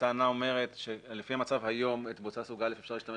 הטענה אומרת שלפי המצב היום שעם בוצה סוג א' אפשר להשתמש